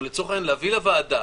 או לצורך העניין להביא לוועדה